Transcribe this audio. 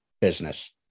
business